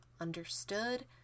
understood